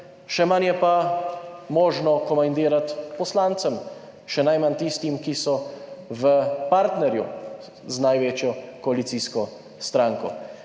Še manj je pa možno komandirati poslance, še najmanj tiste, ki so v partnerstvu z največjo koalicijsko stranko,